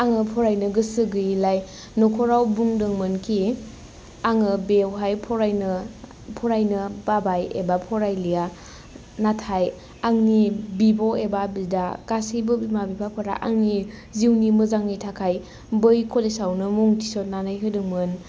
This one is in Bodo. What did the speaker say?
आङो फरायनो गोसो गैयैलाय न'खराव बुंदोंमोनखि आङो बेवहाय फरायनो फरायनो बाबाय एबा फरायलिया नाथाय आंनि बिब' एबा बिदा गासैबो बिमा बिफाफोरा आंनि जिउनि मोजांनि थाखाय बै कलेजावनो मुं थिसननानै होदोंमोन